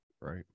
Right